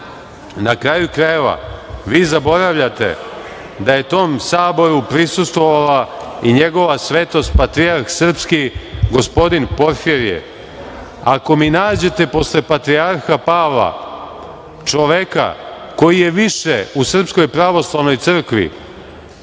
kraju krajeva, vi zaboravljate da je tom Saboru prisustvovala i Njegova Svetost patrijarh srpski gospodin Porfirije. Ako mi nađete posle patrijarha Pavla čoveka koji je više u SPC smireniji,